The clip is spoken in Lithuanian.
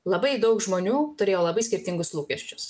labai daug žmonių turėjo labai skirtingus lūkesčius